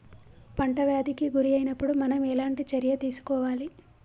పంట వ్యాధి కి గురి అయినపుడు మనం ఎలాంటి చర్య తీసుకోవాలి?